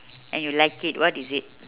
and you like it what is it